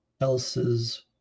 else's